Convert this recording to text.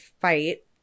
fight